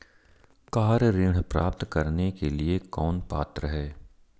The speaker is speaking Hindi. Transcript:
कार ऋण प्राप्त करने के लिए कौन पात्र है?